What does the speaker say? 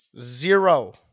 Zero